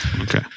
Okay